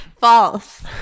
False